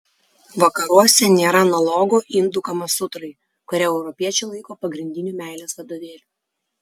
vakaruose nėra analogo indų kamasutrai kurią europiečiai laiko pagrindiniu meilės vadovėliu